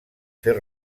fer